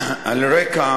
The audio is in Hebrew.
על רקע